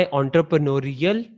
entrepreneurial